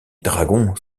dragons